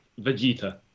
vegeta